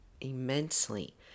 immensely